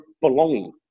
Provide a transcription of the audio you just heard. belonging